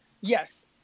yes